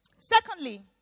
Secondly